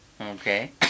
Okay